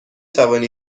توانی